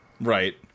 Right